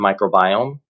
microbiome